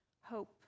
hope